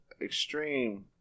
Extreme